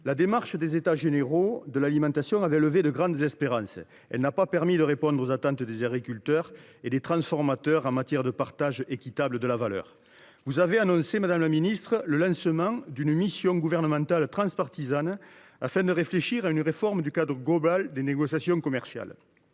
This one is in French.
La démarche des États généraux de l’alimentation a suscité de grandes espérances. Elle n’a pas permis de répondre aux attentes des agriculteurs et des transformateurs en matière de partage équitable de la valeur. Vous avez annoncé, madame la ministre, le lancement d’une mission gouvernementale transpartisane afin de réfléchir à une réforme du cadre global des négociations commerciales.